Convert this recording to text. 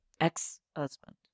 ex-husband